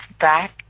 back